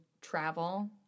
travel